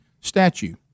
statue